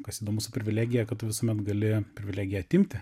kas įdomu su privilegija kad tu visuomet gali privilegiją atimti